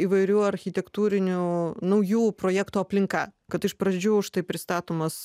įvairių architektūrinių naujų projektų aplinka kad iš pradžių štai pristatomas